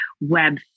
Web